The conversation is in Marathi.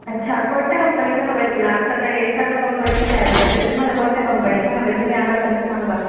अच्छा कोणत्या कंपनीचा हवा आहे तुला आमच्याकडे सर्व कंपनींचे अवेलेबल आहेत तुम्हा कोणत्या कंपनीचा हवं आहे तुम्ही आम्हाला तसं सांगा